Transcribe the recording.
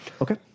Okay